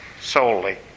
solely